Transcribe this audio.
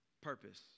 purpose